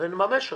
ונממש אותה.